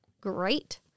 Great